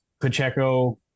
Pacheco